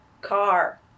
car